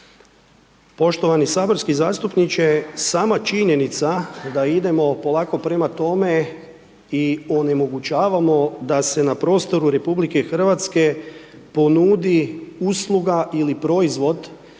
Poštovani saborski zastupniče, sama činjenica da idemo polako prema tome i onemogućavamo da se na prostoru RH ponudi usluga ili proizvod